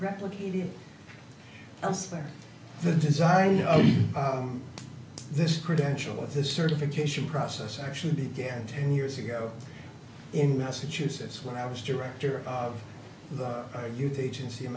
replicated elsewhere the design of this credential of this certification process actually began ten years ago in massachusetts when i was director of the youth agency in